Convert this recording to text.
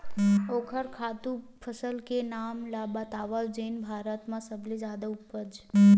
ओखर खातु फसल के नाम ला बतावव जेन भारत मा सबले जादा उपज?